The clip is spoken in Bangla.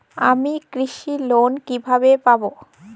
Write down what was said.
আমি কৃষি লোন কিভাবে পাবো?